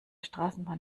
straßenbahn